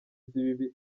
z’ibibi